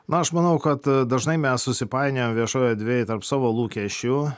na aš manau kad dažnai mes susipainiojam viešoj erdvėj tarp savo lūkesčių